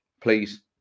please